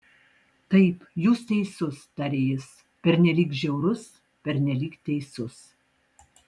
taip jūs teisus tarė jis pernelyg žiaurus pernelyg teisus